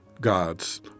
gods